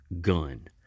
gun